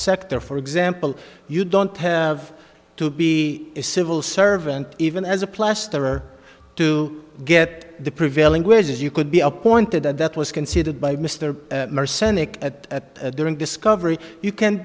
sector for example you don't have to be a civil servant even as a plasterer to get the prevailing wages you could be appointed and that was considered by mr marson a at at a during discovery you can